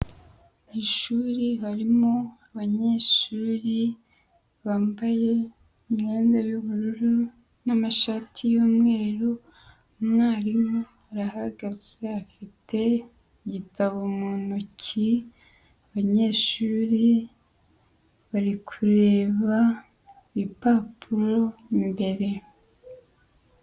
Ishuri harimo abanyeshuri bambaye imyenda y'ubururu n'amashati y'umweru, umwarimu arahagaze afite igitabo mu ntoki, abanyeshuri bari kureba ibipapuro imbere.